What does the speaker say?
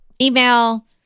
email